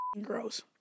gross